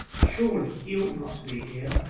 surely he ought not to be here